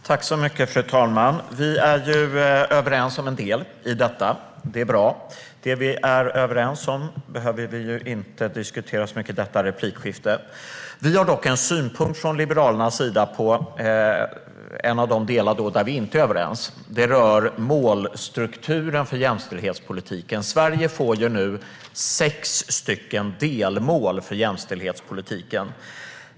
Fru talman! Vi är överens om en del i detta. Det är bra. Det vi är överens om behöver vi inte diskutera så mycket i detta replikskifte. Vi har dock en synpunkt från Liberalernas sida på en av de delar där vi inte är överens. Det rör målstrukturen för jämställdhetspolitiken. Sverige får nu sex delmål för jämställdhetspolitiken.